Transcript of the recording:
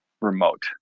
remote